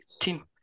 team